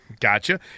Gotcha